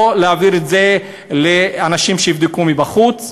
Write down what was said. או להעביר את זה לאנשים שיבדקו מבחוץ.